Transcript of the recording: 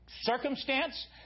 Circumstance